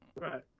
Right